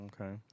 Okay